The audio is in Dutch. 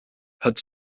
het